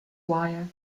wire